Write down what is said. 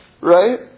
right